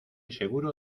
seguro